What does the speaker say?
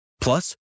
Plus